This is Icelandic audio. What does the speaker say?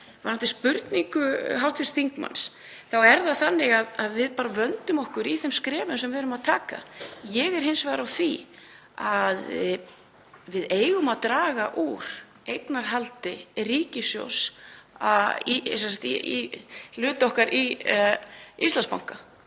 Varðandi spurningu hv. þingmanns er það þannig að við vöndum okkur í þeim skrefum sem við erum að taka. Ég er hins vegar á því að við eigum að draga úr eignarhaldi ríkissjóðs, draga úr hlut okkar, í Íslandsbanka